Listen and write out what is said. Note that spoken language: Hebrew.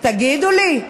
תגידו לי,